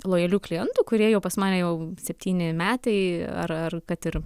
lojalių klientų kurie pas mane jau septyni metai ar ar kad ir